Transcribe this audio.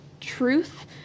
truth